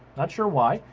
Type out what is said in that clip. not sure why.